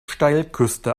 steilküste